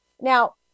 now